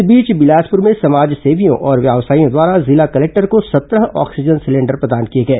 इस बीच बिलासपुर में समाजसेवियों और व्यावसायियों द्वारा जिला कलेक्टर को सत्रह ऑक्सीजन सिलेंडर प्रदान किए गए